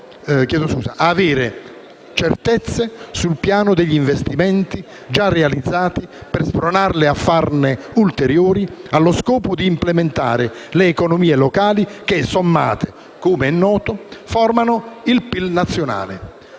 avere certezze sul piano degli investimenti già realizzati per spronarle a farne di ulteriori, allo scopo di implementare le economie locali che sommate, com'è noto, formano il PIL nazionale,